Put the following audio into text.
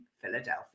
Philadelphia